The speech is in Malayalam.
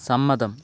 സമ്മതം